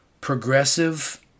progressive